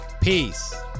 peace